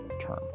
term